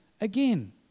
again